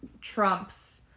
trump's